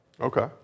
Okay